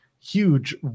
huge